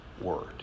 word